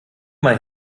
mal